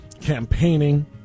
campaigning